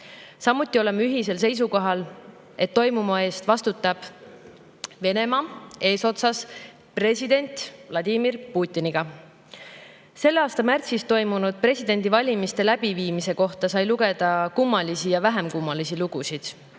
Samuti oleme ühisel seisukohal, et toimuva eest vastutab Venemaa eesotsas president Vladimir Putiniga. Selle aasta märtsis toimunud presidendivalimiste läbiviimise kohta sai lugeda kummalisi ja vähem kummalisi lugusid.